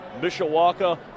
Mishawaka